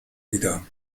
wieder